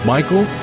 Michael